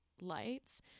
lights